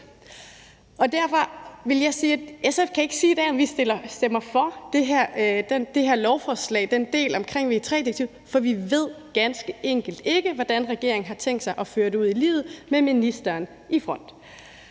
for det her lovforslag, den del omkring VE III-direktivet, for vi ved ganske enkelt ikke, hvordan regeringen har tænkt sig at føre det ud i livet med ministeren i front.